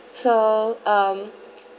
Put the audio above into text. so um